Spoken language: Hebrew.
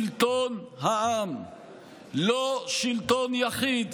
שלטון העם, לא שלטון יחיד,